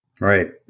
right